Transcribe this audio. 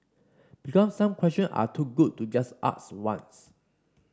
because some questions are too good to just ask once